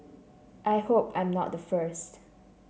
I hope I'm not the first